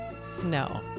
snow